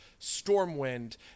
Stormwind